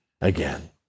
again